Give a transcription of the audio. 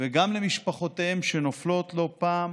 וגם למשפחותיהם, שנופלות לא פעם